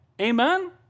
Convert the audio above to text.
amen